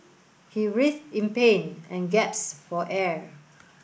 he writhed in pain and gasped for air